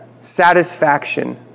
satisfaction